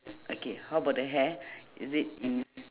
okay how about the hair is it mm